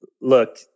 look